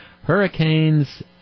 Hurricanes